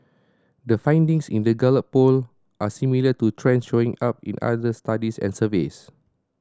the findings in the Gallup Poll are similar to trends showing up in other studies and surveys